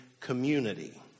community